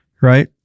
right